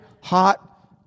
hot